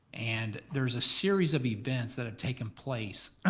and there's a series of events that have taken place.